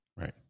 Right